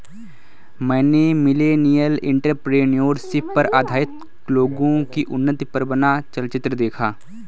मैंने millennial entrepreneurship पर आधारित लोगो की उन्नति पर बना चलचित्र देखा